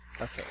Okay